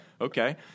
okay